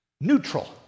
Neutral